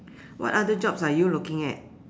what other jobs are you looking at